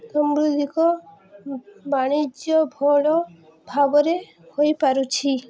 ସାମୁଦ୍ରିକ ବାଣିଜ୍ୟ ଭଲ ଭାବରେ ହୋଇପାରୁଛି